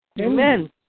Amen